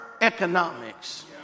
economics